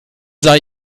sei